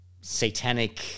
satanic